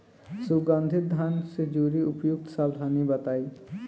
सुगंधित धान से जुड़ी उपयुक्त सावधानी बताई?